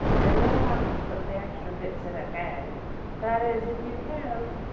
and you'll have to put the extra bits in again that is, if you can.